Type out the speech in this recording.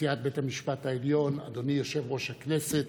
נשיאת בית המשפט העליון, אדוני יושב-ראש הכנסת,